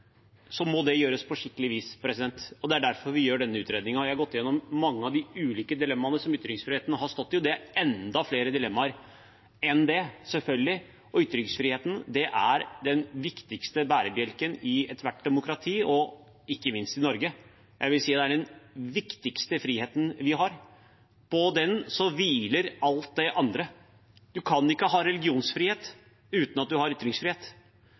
må det gjøres på skikkelig vis, og det er derfor vi foretar denne utredningen. Jeg har gått gjennom mange av de ulike dilemmaene som ytringsfriheten har stått i, og det er enda flere dilemmaer enn det, selvfølgelig. Ytringsfriheten er den viktigste bærebjelken i ethvert demokrati, ikke minst i Norge. Jeg vil si at det er den viktigste friheten vi har. På den hviler alt det andre. Man kan ikke ha religionsfrihet uten at man har ytringsfrihet.